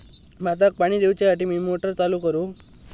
भाताक पाणी दिवच्यासाठी मी मोटर चालू करू?